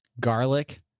garlic